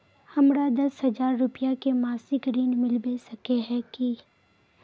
हमरा दस हजार रुपया के मासिक ऋण मिलबे सके है की?